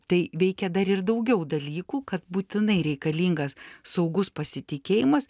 tai veikia dar ir daugiau dalykų kad būtinai reikalingas saugus pasitikėjimas